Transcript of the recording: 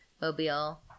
Mobile